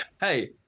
hey